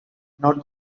not